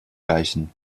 reichen